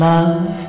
Love